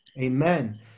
Amen